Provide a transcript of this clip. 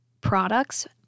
products